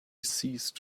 ceased